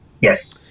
Yes